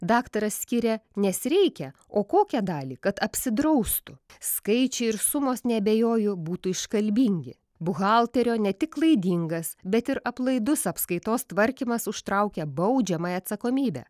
daktaras skiria nes reikia o kokią dalį kad apsidraustų skaičiai ir sumos neabejoju būtų iškalbingi buhalterio ne tik klaidingas bet ir aplaidus apskaitos tvarkymas užtraukia baudžiamąją atsakomybę